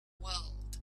world